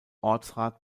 ortsrat